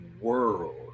world